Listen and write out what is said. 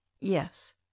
Yes